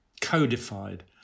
codified